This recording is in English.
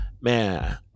Man